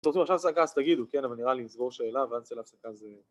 אתם רוצים עכשיו הפסקה אז תגידו כן? אבל נראה לי נסגור שאלה ואז נצא להפסקה זה...